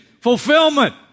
fulfillment